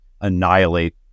annihilate